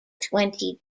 twenty